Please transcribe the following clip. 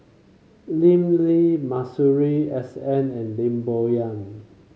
Lim Lee Masuri S N and Lim Bo Yam